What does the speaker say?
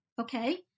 okay